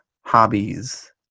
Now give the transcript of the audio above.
hobbies